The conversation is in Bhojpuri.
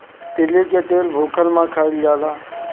तीली के तेल भुखला में खाइल जाला